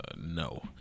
No